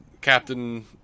captain